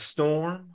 Storm